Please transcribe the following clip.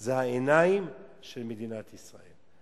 "זה העיניים של מדינת ישראל".